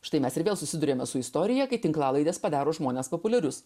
štai mes ir vėl susiduriame su istorija kai tinklalaidės padaro žmones populiarius